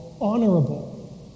honorable